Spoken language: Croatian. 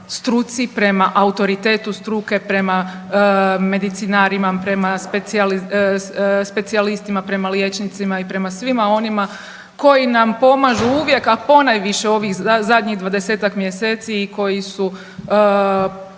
struci, prema autoritetu struke, prema medicinarima, prema specijalistima, prema liječnicima i prema svima onima koji nam pomažu uvijek a ponajviše u ovih zadnjih 20-tak mjeseci i koji su